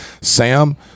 Sam